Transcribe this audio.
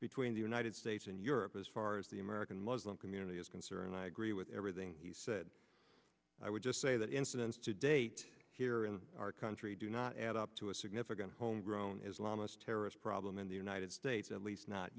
between the united states and europe as far as the american muslim community is concerned i agree with everything he said i would just say that incidents to date here in our country do not add up to a significant homegrown islamised terrorist problem in the united states at least not